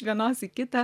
vienos į kitą